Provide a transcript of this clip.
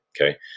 Okay